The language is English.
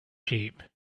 sheep